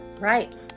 Right